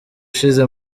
ushize